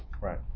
Right